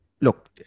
look